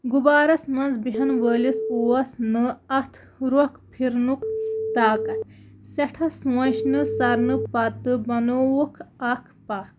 غُبارَس منٛز بِہن وٲلِس اوس نہٕ اَتھ رۄکھ پھِرنُک طاقت سٮ۪ٹھاہ سونچنہٕ کرنہٕ پَتہٕ بَنووُکھ اکھ پَکھ